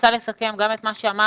אני רוצה לסכם גם את מה שאמרת,